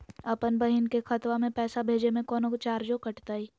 अपन बहिन के खतवा में पैसा भेजे में कौनो चार्जो कटतई?